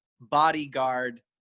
bodyguard